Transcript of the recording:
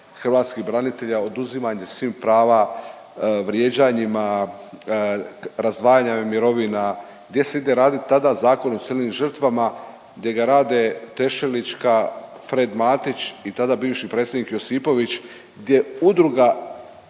hrvatskih branitelja, oduzimanje svih prava, vrijeđanjima, razdvajanja mirovina, gdje se ide raditi tada Zakon o crnim žrtvama gdje ga rade Tešelička, Fred Matić i tada bivši predsjednike Josipović, gdje Udruga